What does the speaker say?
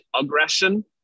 aggression